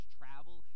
travel